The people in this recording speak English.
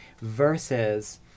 Versus